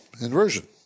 inversion